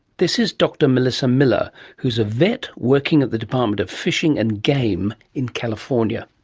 this is dr melissa miller who's a vet working at the department of fishing and game in california.